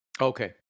Okay